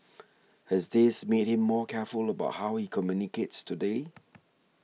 has this made him more careful about how he communicates today